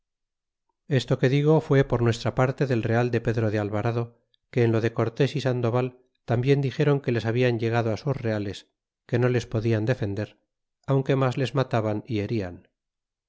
esto que digo fue por nuestra parte del real de pedro de alvarado que en lo de cortes y sandoval tambien dixeron que les hablan llegado á sus reales que no les podian defender aunque mas les mataban